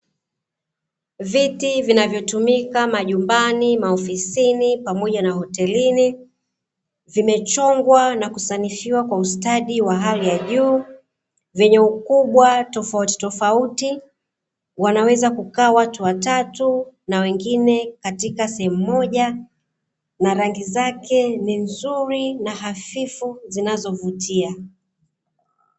Viti vinavyotumika majumbani, maofisini pamoja na hotelini, vimechongwa na kusanifiwa kwa ustadi wa hali ya juu, vyenye ukubwa tofautitofauti, wanaweza kukaa watu watatu na wengine katika sehemu moja, na rangi zake ni nzuri na hafifu zinazovutia.